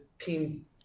team